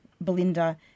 Belinda